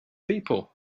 people